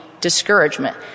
discouragement